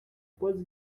пост